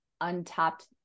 untapped